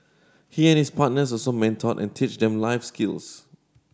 he and his partner also mentor and teach them life skills